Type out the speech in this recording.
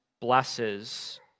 blesses